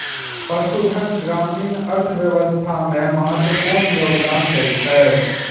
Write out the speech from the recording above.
पशुधन ग्रामीण अर्थव्यवस्था मे महत्वपूर्ण योगदान दै छै